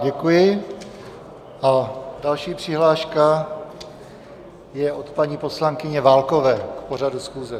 Děkuji a další přihláška je od paní poslankyně Válkové k pořadu schůze.